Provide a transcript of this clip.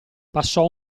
passò